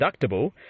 deductible